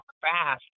fast